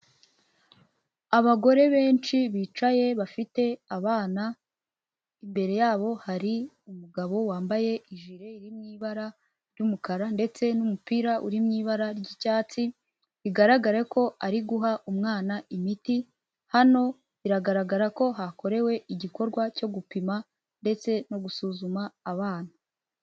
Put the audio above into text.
Abagore benshi bicaye bafite abana, imbere yabo hari umugabo wambaye ijire iri mu bara ry'umukara ndetse n'umupira uri mu ibara ry'icyatsi, bigaragare ko ari guha umwana imiti hano biragaragara ko hakorewe igikorwa cyo gupima, ndetse no gusuzuma abana.